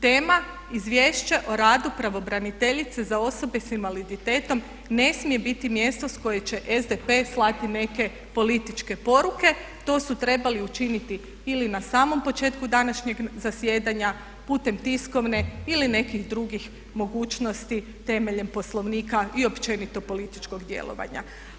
Tema Izvješće o radu pravobraniteljice za osobe sa invaliditetom ne smije biti mjesto s kojeg će SDP slati neke političke poruke, to su trebali učiniti ili na samom početku današnjeg zasjedanja, putem tiskovne ili nekih drugih mogućnosti temeljem Poslovnika i općenito političkog djelovanja.